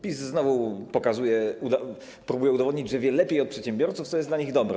PiS znowu próbuje udowodnić, że wie lepiej od przedsiębiorców, co jest dla nich dobre.